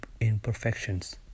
imperfections